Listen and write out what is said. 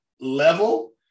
level